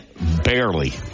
barely